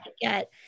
get